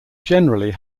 generally